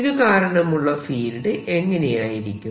ഇതുകാരണമുള്ള field എങ്ങനെയായിരിക്കും